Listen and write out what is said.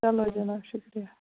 چلو چلو شُکریہ